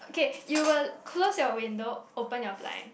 okay you will close your window open your blind